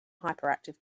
hyperactive